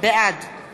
בעד